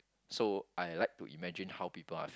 so I like to imagine how people are